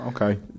okay